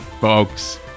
Folks